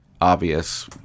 obvious